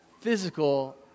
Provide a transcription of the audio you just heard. physical